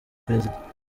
perezida